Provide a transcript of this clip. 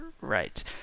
Right